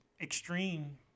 extreme